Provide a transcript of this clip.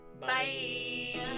Bye